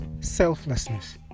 selflessness